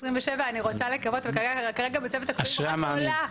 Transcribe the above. אני רוצה לקוות כרגע מצבת הכלואים רק עולה.